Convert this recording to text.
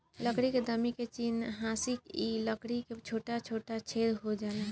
लकड़ी में दीमक के चिन्हासी ह कि लकड़ी में छोटा छोटा छेद हो जाला